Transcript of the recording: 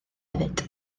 hefyd